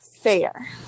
fair